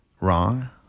wrong